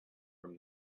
from